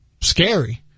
scary